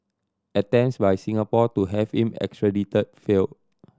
attempts by Singapore to have him extradited failed